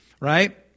right